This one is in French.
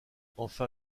enfin